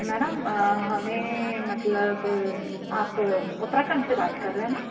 madam हमें मतलब आप उत्तराखंड से बात कर रहें हैं ना